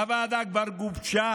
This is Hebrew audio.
הוועדה כבר גובשה,